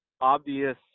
obvious